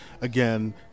again